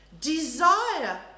desire